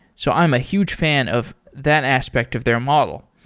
so i'm a huge fan of that aspect of their model.